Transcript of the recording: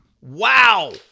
Wow